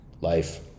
Life